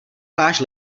plášť